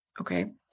Okay